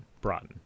Broughton